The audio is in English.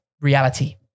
reality